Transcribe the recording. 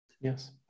Yes